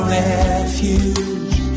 refuge